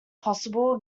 possible